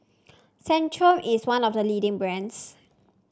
Centrum is one of the leading brands